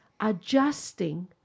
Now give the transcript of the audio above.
adjusting